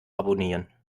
abonnieren